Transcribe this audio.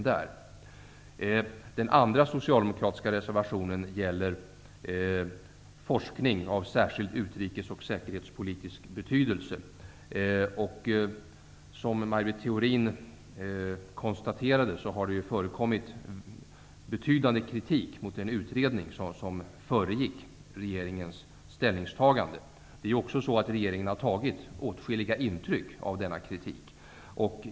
Den andra socialdemokratiska reservationen gäller forskning av särskild utrikes och säkerhetspolitisk betydelse. Som Maj Britt Theorin konstaterade har det framförts betydande kritik mot den utredning som föregick regeringens ställningstagande. Regeringen har också i åtskilligt tagit intryck av denna kritik.